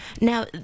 now